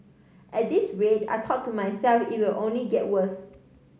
at this rate I thought to myself it will only get worse